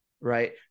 right